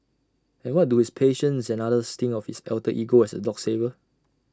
and what do his patients and others think of his alter ego as A dog saver